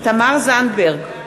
תמר זנדברג,